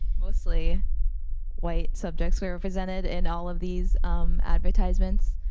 mostly white subjects were presented in all of these um advertisements.